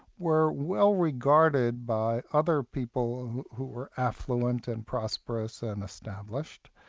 were well-regarded by other people who were affluent and prosperous and established,